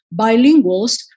bilinguals